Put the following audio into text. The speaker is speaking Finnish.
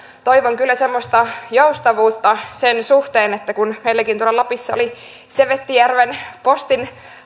toivon kyllä semmoista joustavuutta sen suhteen että kun meilläkin tuolla lapissa oli sevettijärven postin